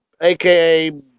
AKA